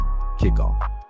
kickoff